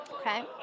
Okay